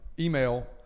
Email